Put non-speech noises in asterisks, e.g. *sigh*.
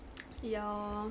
*noise* ya